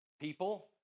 people